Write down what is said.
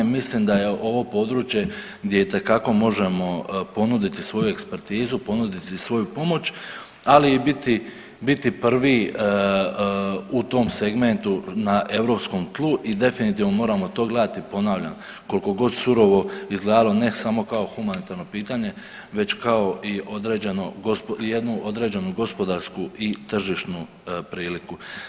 Mislim da je ovo područje gdje itekako možemo ponuditi svoju ekspertizu, ponuditi svoju pomoć, ali i biti, biti prvi u tom segmentu na europskom tlu i definitivno moramo to gledati ponavljam, koliko surovo izgledalo na samo kao humanitarno pitanje već kao i određeno, i jednu određenu gospodarsku i tržišnu priliku.